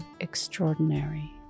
extraordinary